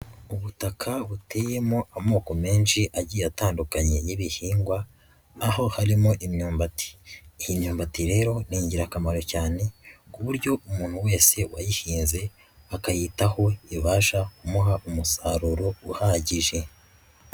Ubutaka buteyemo amoko menshi agiye atandukanye y'ibihingwa, aho harimo imyumbati, iyi myumbati rero ni ingirakamaro cyane ku buryo umuntu wese wayihinze akayitaho ibasha kumuha umusaruro uhagije.